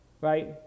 right